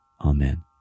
Amen